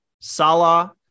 Salah